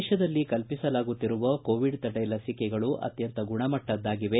ದೇಶದಲ್ಲಿ ಕಲ್ಪಿಸಲಾಗುತ್ತಿರುವ ಕೋವಿಡ್ ತಡೆ ಲಸಿಕೆಗಳು ಅತ್ಯಂತ ಗುಣಮಟ್ಟದ್ದಾಗಿವೆ